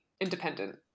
independent